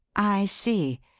i see.